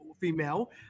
female